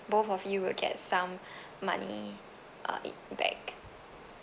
both of you will get some money uh it back